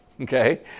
Okay